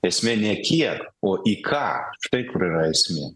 esmė nė kiek o į ką štai kur yra esmė